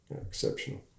exceptional